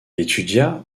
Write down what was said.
étudia